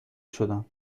شدم